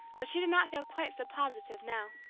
but she did not feel quite so positive now.